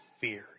fear